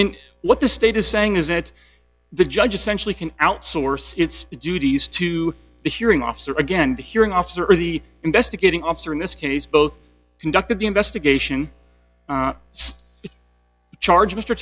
and what the state is saying is that the judge essentially can outsource its duties to the hearing officer again the hearing officer or the investigating officer in this case both conduct of the investigation charge mr